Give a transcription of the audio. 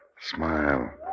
Smile